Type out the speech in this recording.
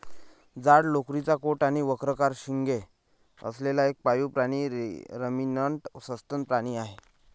जाड लोकरीचा कोट आणि वक्राकार शिंगे असलेला एक पाळीव प्राणी रमिनंट सस्तन प्राणी आहे